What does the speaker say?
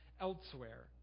elsewhere